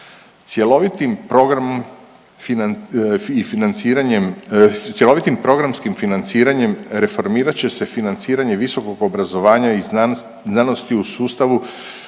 Cjelovitim programom i financiranjem, cjelovitim programskim financiranjem reformirat će se financiranje visokog obrazovanja i znanosti u sustavu